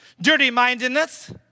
dirty-mindedness